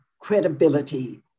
credibility